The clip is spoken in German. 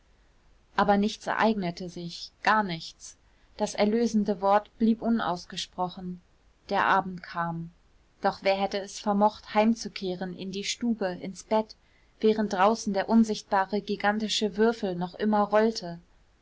aber nichts ereignete sich gar nichts das erlösende wort blieb unausgesprochen der abend kam doch wer hätte es vermocht heimzukehren in die stube ins bett während draußen der unsichtbare gigantische würfel noch immer rollte